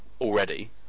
already